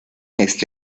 este